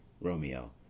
Romeo